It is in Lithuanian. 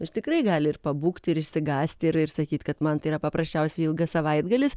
jis tikrai gali ir pabūgti ir išsigąsti ir ir sakyt kad man tai yra paprasčiausiai ilgas savaitgalis